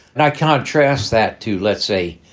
and i contrast that to, let's say,